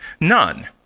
None